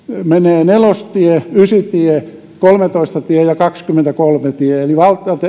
menee nelostie ysitie kolmetoista tie ja kaksikymmentäkolme tie eli